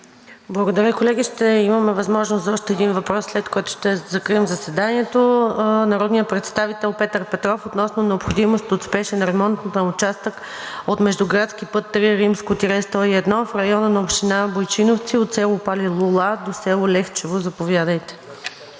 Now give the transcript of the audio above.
Благодаря. Колеги, ще имаме възможност за още един въпрос, след което ще закрия заседанието. Въпросът е от народния представител Петър Петров относно необходимост от спешен ремонт на участък от междуградски път III-101 в района на община Бойчиновци от село Палилула до село Лехчево. Заповядайте.